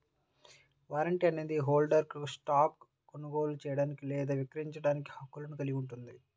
warrant అనేది హోల్డర్కు స్టాక్ను కొనుగోలు చేయడానికి లేదా విక్రయించడానికి హక్కును కలిగి ఉంటుంది